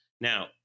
Now